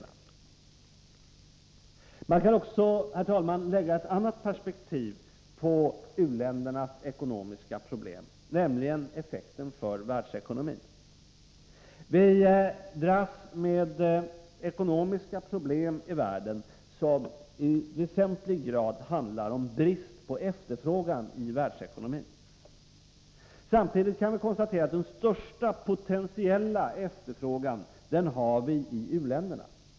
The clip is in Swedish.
Om den ekonomis Man kan också, herr talman, se u-ländernas ekonomiska problem i ett ka utvecklingen i annat perspektiv, nämligen med hänsyn till effekterna på världsekonomin. u-länderna Vi dras med ekonomiska problem i världen som i väsentlig grad handlar om brist på efterfrågan i världsekonomin. Samtidigt kan det konstateras att den största potentiella efterfrågan finns i u-länderna.